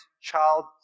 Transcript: child